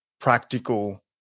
practical